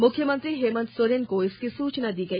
मुख्यमंत्री हेमंत सोरेन को इसकी सूचना दी गई